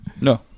No